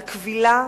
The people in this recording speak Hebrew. כבילה